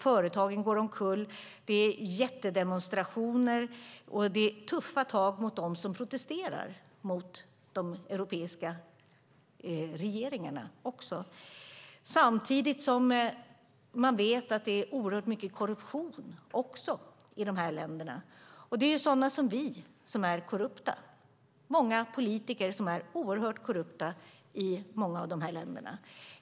Företagen går omkull. Det är jättedemonstrationer, och det är tuffa tag mot dem som protesterar mot de europeiska regeringarna. Samtidigt vet man att det finns oerhört mycket korruption i dessa länder. Det är sådana som vi som är korrupta. Det finns många politiker som är oerhört korrupta i många av dessa länder.